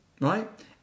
Right